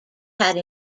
had